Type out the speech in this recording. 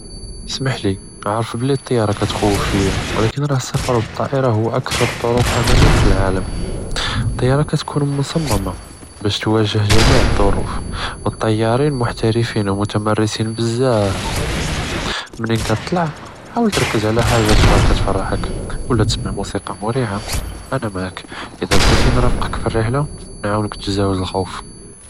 אסמחלי נערף בּלי אלטיארה קאתוּחוף שׁוּיָה, אבל ראה אלספאר בּטיארה הוּוָא אקְתאר אלטרוק אמנאן פּאלעאלם, אלטיארה קאתוּקון מושממה באש תּואג׳ה ג׳מיע אלצורוף ואלטיארין מוחתרפין ו מותמרסין בזיאף, מונין קאתוּטלאע חאוול תתרכז עלא חאג׳ה קאתוּפרחכ או תסמע מוסיקה מריחה, אנא מעאק, אילא בג׳יתי נארפעקך פאלרחלה, נאעונכ תּנזע אלחוף.